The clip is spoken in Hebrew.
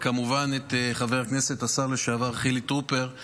וכמובן חבר הכנסת השר לשעבר חילי טרופר,